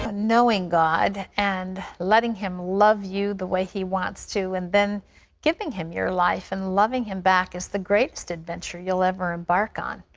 ah knowing god and letting him love you the way he wants to and then giving him your life and loving him back is the greatest adventure you'll ever embark on.